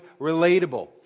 relatable